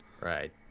right